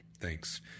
thanks